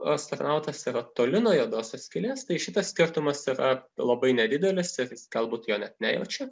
astronautas yra toli nuo juodosios skylės tai šitas skirtumas yra labai nedidelis ir jis galbūt jo net nejaučia